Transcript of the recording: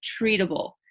treatable